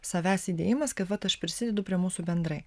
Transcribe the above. savęs įdėjimas kaip vat aš prisidedu prie mūsų bendrai